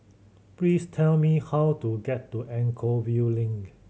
please tell me how to get to Anchorvale Link